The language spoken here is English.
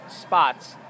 spots